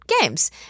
games